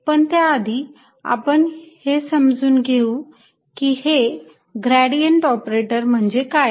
पण त्याआधी आपण हे समजून घेऊ की हे ग्रेडियंट ऑपरेटर म्हणजे काय